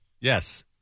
Yes